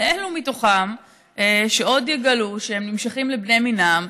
לאלה מתוכם שעוד יגלו שהם נמשכים לבני מינם,